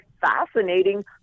fascinating